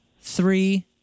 three